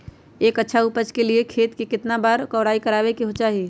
एक अच्छा उपज के लिए खेत के केतना बार कओराई करबआबे के चाहि?